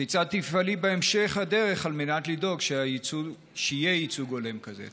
כיצד תפעלי בהמשך הדרך על מנת לדאוג שיהיה ייצוג הולם כזה?